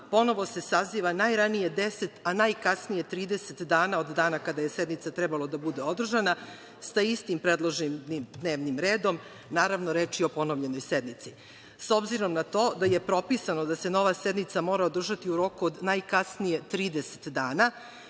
ponovo se saziva najranije 10 a najkasnije 30 dana od dana kada je sednica trebalo da bude održana, sa istim predloženim dnevnim redom“. Naravno, reč je o ponovljenoj sednici.S obzirom na to da je propisano da se nova sednica mora održati u roku od najkasnije 30 dana,